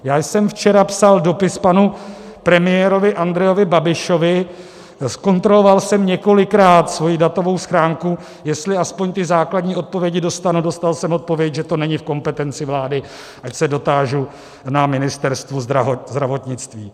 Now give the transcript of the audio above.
Já jsem včera psal dopis panu premiérovi Andrejovi Babišovi, zkontroloval jsem několikrát svoji datovou schránku, jestli aspoň ty základní odpovědi dostanu, dostal jsem odpověď, že to není v kompetenci vlády, ať se dotážu na Ministerstvu zdravotnictví.